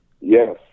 Yes